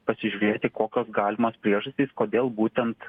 pasižiūrėti kokios galimos priežastys kodėl būtent